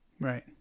Right